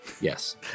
Yes